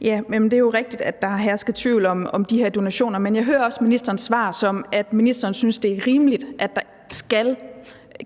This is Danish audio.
Det er jo rigtigt, at der har hersket tvivl om de her donationer, men jeg hører også ministerens svar sådan, at ministeren synes, det er rimeligt, at der skal